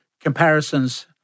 comparisons